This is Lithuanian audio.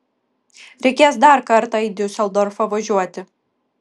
reikės dar kartą į diuseldorfą važiuoti